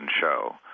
show